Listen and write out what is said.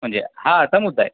म्हणजे हा असा मुद्दा आहे